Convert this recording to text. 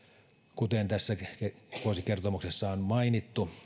kuten tässä vuosikertomuksessa on mainittu